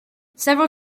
several